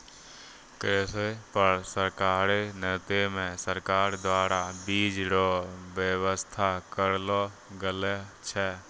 कृषि पर सरकारी नीति मे सरकार द्वारा बीज रो वेवस्था करलो गेलो छै